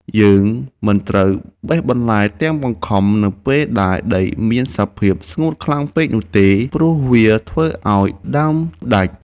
យើងមិនត្រូវបេះបន្លែទាំងបង្ខំនៅពេលដែលដីមានសភាពស្ងួតខ្លាំងពេកនោះទេ ព្រោះវាធ្វើឱ្យដើមដាច់។